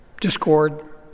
discord